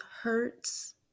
hurts